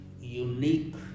unique